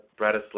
Bratislava